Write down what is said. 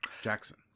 Jackson